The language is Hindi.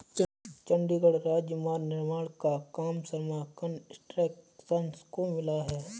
चंडीगढ़ राजमार्ग निर्माण का काम शर्मा कंस्ट्रक्शंस को मिला है